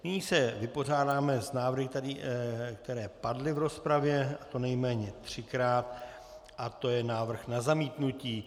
Nyní se vypořádáme s návrhy, které padly v rozpravě, a to nejméně třikrát, a to je návrh na zamítnutí.